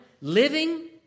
living